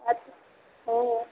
अच् हो